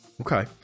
okay